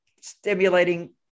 stimulating